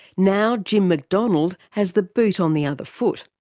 now jim mcdonald has the boot on the other foot.